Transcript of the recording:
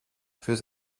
fürs